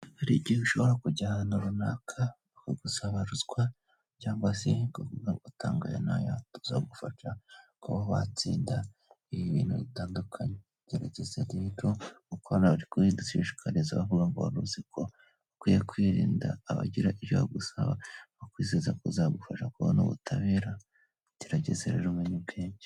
Hari igihe ushobora kujya ahantu runaka Bakazagusaba ruswa cyangwa se bakavuga ngo nutanga ruswa tuzagufasha kuba watsinda bintu bitandukanye, gerageza igihe gito ukora ngo wari uzi ko ukwiye kwirinda abagira icyo agusaba bakwizeza ko kuzagufasha kubona ubutabera ugerageza rero umenye ubwenge.